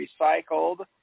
recycled